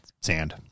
sand